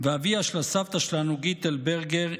ואביה של הסבתא שלנו גיטל ברגר,